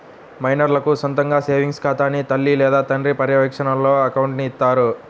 మైనర్లకు సొంతగా సేవింగ్స్ ఖాతాని తల్లి లేదా తండ్రి పర్యవేక్షణలోనే అకౌంట్ని ఇత్తారు